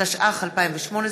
התשע"ח 2018,